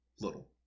little